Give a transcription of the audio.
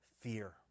fear